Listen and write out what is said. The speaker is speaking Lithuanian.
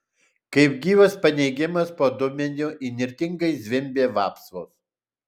kaip gyvas paneigimas po dubeniu įnirtingai zvimbė vapsvos